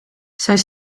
zijn